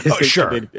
sure